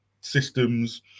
systems